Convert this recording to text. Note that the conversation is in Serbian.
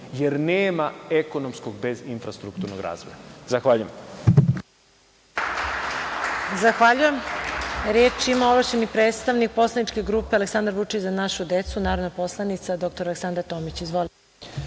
jer nema ekonomskog bez infrastrukturnog razvoja. Zahvaljujem.